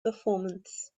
performance